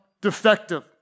defective